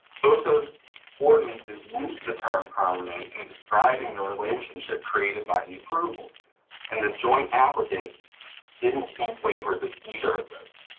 both of those ordinances use the term permanent in describing the relationship created by the approvals and the joint applicants didn't seek waivers at either of those.